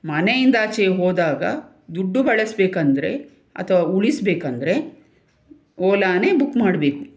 ಮನೆಯಿಂದಾಚೆ ಹೋದಾಗ ದುಡ್ಡು ಬಳಸಬೇಕಂದ್ರೆ ಅಥವಾ ಉಳಿಸಬೇಕಂದ್ರೆ ಓಲಾನೇ ಬುಕ್ ಮಾಡಬೇಕು